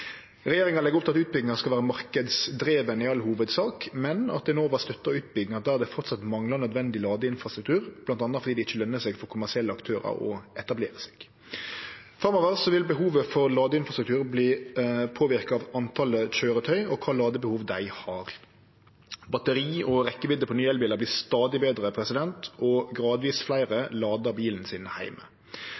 Regjeringa legg opp til at utbygginga i all hovudsak skal vere marknadsdriven, men at Enova støttar utbyggingar der det framleis manglar nødvendig ladeinfrastruktur, bl.a. fordi det ikkje løner seg for kommersielle aktørar å etablere seg. Framover vil behovet for ladeinfrastruktur verte påverka av talet på køyretøy og kva ladebehov dei har. Batteri og rekkjevidde på nye elbilar vert stadig betre, og gradvis fleire ladar bilen sin